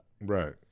Right